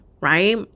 right